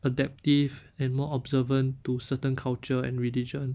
adaptive and more observant to certain culture and religion